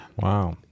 wow